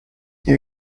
nie